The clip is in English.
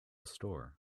store